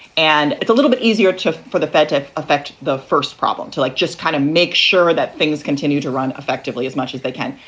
and it's a little bit easier for the fed to affect the first problem to like just kind of make sure that things continue to run effectively as much as they can.